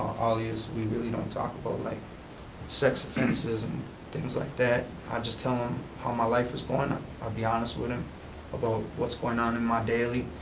all yous, we really don't talk about like sex offenses and things like that, i just tell him how my life is going, ah i be honest with him about what's goin' on in my daily,